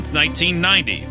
1990